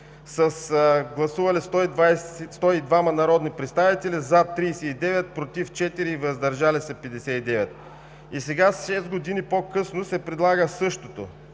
с гласували 102 народни представители, „за“ 39, „против“ 4 и „въздържали се“ 59, и сега, шест години по-късно, се предлага същото?